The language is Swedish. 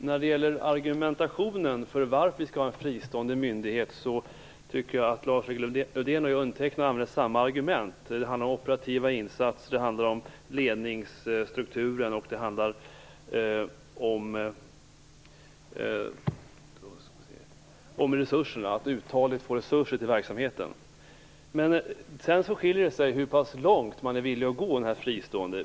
Herr talman! Jag tycker att Lars-Erik Lövdén och jag använder samma argumentation för en fristående myndighet. Det handlar om operativa insatser, ledningsstruktur och att uthålligt få resurser till verksamheten. Men sedan skiljer det sig när det gäller hur pass långt man är villig att gå med det här fristående.